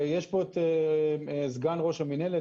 יש פה את סגן ראש המינהלת,